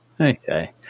Okay